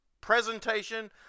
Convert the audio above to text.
presentation